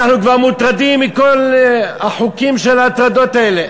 אנחנו כבר מוטרדים מכל החוקים של ההטרדות האלה.